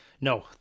No